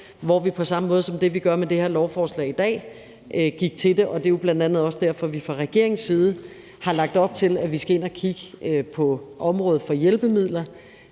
gå til på samme måde, som vi gør det med det her lovforslag i dag. Det er jo bl.a. derfor, at vi fra regeringens side har lagt op til, at vi skal ind at kigge på området for hjælpemidler,